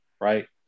right